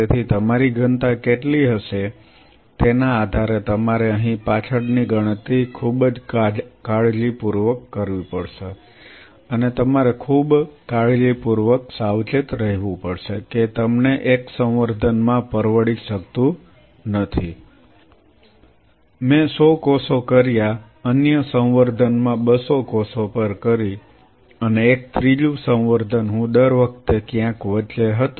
તેથી તમારી ઘનતા કેટલી હશે તેના આધારે તમારે અહીં પાછળની ગણતરી ખૂબ જ કાળજીપૂર્વક કરવી પડશે અને તમારે ખૂબ કાળજીપૂર્વક સાવચેત રહેવું પડશે કે તમને 1 સંવર્ધન માં પરવડી શકતું નથી મેં 100 કોષો કર્યા અન્ય સંવર્ધન માં 200 કોષો પર કરી અને એક ત્રીજું સંવર્ધન હું દર વખતે ક્યાંક વચ્ચે હતો